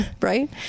right